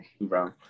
Bro